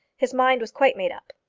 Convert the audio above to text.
his mind was quite made up.